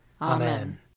Amen